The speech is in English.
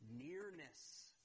nearness